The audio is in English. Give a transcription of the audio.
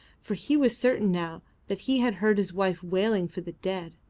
for he was certain now that he had heard his wife wailing for the dead.